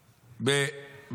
אלוהיו, ויאמר אלוהי נתנו בידי".